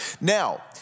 Now